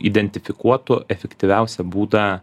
identifikuotų efektyviausią būdą